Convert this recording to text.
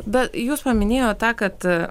bet jūs paminėjot tą kad